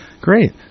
Great